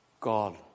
God